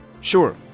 Sure